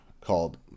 called